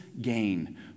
gain